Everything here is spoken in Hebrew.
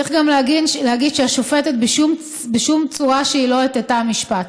צריך גם להגיד שהשופטת בשום צורה שהיא לא הטתה משפט.